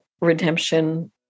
redemption